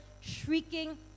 shrieking